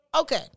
Okay